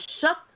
shut